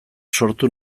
sortu